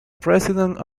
president